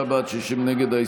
53 בעד, 60 נגד.